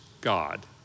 God